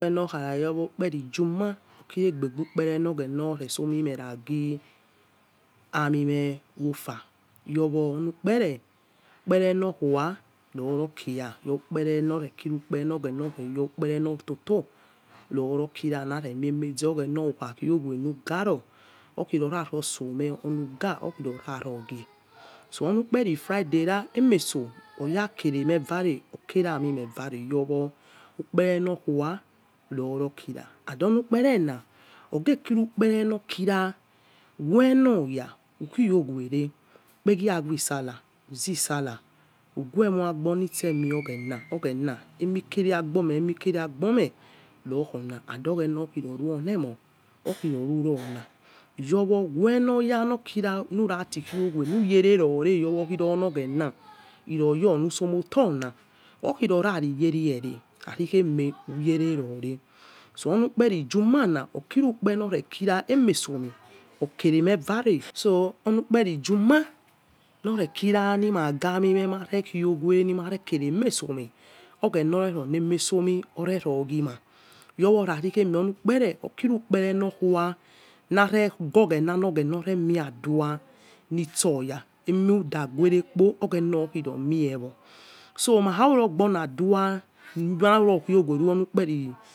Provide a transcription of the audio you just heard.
Oghena okhara yo ukperi juma okiru egbebukpera nor agheng reso mimenagi amime ofe yowo onukpere wkpereno kuwa rorokira, youkpere morekiru, kpere nog horoghena reyor norokira ameze agheng oku khakiave nugaro o kirora rosome ony ga okirovarogie so onukpere fridery ma na emess oyrkeremexare okeramine yare e̱ owo ukperenokua rorokirs and oram teperens oge kinakpene no leirawenoya ukhiovene urpegie awe sailla azisalla ugueijo agboni seh mioghens ogaena emikere wa gbome rokhong and oghena okiro ruoniemo okirongrong yowo wero ya nokira narati kiouese nuyererode wenoghena kiroyony sormotong okhiro rasiyeriere rarikheme uyererore so onukperi juma ma okirukpere nor reking emeson okeremevare so onusa perijama norekira nimagamime khowe nomarekeve mesomi, oghena ore romesom overoghings ruorari ony kpere̱ okirukpere nokuwa narega oge na neghena ore, mive adua nitso ya emudaguerek po ogtelena okiromie so makharu nogbonadır warurokiomas onukpe.